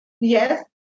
yes